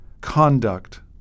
conduct